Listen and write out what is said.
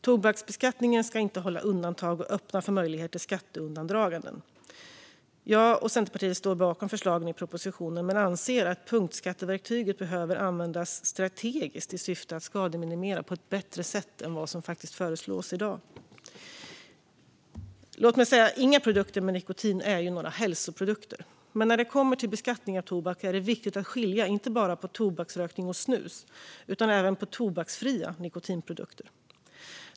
Tobaksbeskattningen ska inte innehålla undantag och öppna för möjligheter till skatteundandragande. Jag och Centerpartiet står bakom förslagen i propositionen men anser att punktskatteverktyget behöver användas strategiskt i syfte att skademinimera på ett bättre sätt än vad som faktiskt föreslås i dag. Låt mig säga: Inga produkter med nikotin är hälsoprodukter. Men när det kommer till beskattning av tobak är det viktigt att skilja inte bara på tobaksrökning och snusning utan även på tobaksfria nikotinprodukter.